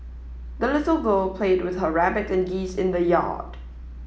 the little girl played with her rabbit and geese in the yard